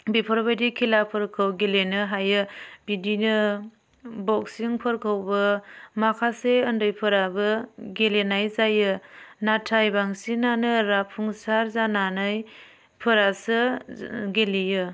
बेफोरबायदि खेलाफोरखौ गेलेनो हायो बिदिनो बक्सिंफोरखौबो माखासे ओन्दैफोराबो गेलेनाय जायो नाथाय बांसिनानो राफुंसार जानानै फोरासो गेलेयो